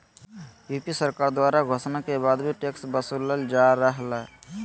UP सरकार द्वारा घोषणा के बाद भी टैक्स वसूलल जा रहलय